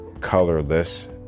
colorless